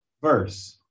verse